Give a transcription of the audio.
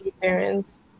parents